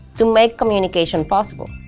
to make communication possible.